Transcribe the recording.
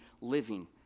living